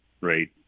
right